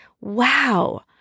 Wow